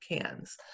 cans